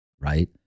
right